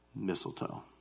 mistletoe